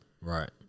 Right